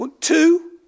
Two